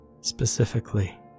Specifically